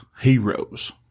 heroes